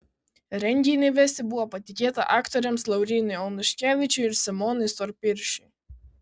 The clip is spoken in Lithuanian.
renginį vesti buvo patikėta aktoriams laurynui onuškevičiui ir simonui storpirščiui